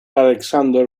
alexander